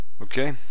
Okay